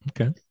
Okay